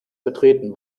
betreten